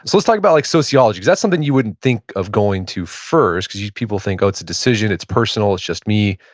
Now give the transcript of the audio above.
let's talk about like sociology. that's something you wouldn't think of going to first because people think, oh, it's a decision, it's personal. it's just me.